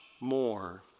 more